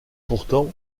pourtant